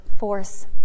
force